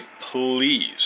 please